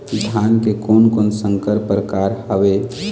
धान के कोन कोन संकर परकार हावे?